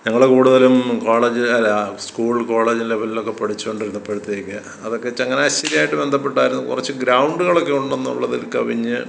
ഞങ്ങള് കൂടുതലും കോളേജ് അല്ലാ സ്കൂൾ കോളേജ് ലെവലിലൊക്കെ പഠിച്ചുകൊണ്ടിരുന്നപ്പോഴത്തേക്ക് അതൊക്കെ ചങ്ങനാശ്ശേരിയായിട്ട് ബന്ധപ്പെട്ടായിരുന്നു കുറച്ച് ഗ്രൗണ്ടുകളൊക്കെ ഉണ്ടെന്നുള്ളതിൽ കവിഞ്ഞ്